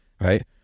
Right